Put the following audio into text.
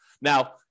Now